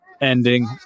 ending